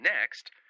Next